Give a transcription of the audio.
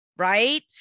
right